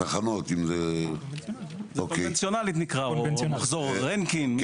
זה נקרא קונבנציונלי או מחזור רנקין.